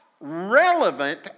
relevant